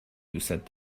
دوستت